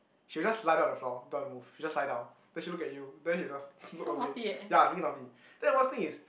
she will just lie down on the floor don't want to move she just lie down then she look at you then you just look away ya freaking naughty then the worst thing is